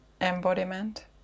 embodiment